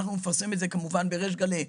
אנחנו נפרסם את זה כמובן בריש גלי,